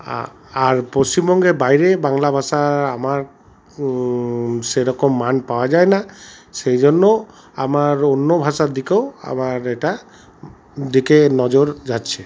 আর আর পশ্চিমবঙ্গের বাইরে বাংলা ভাষা আমার সেইরকম মান পাওয়া যায় না সেই জন্য আমার অন্য ভাষার দিকেও আমার এটা দিকে নজর যাচ্ছে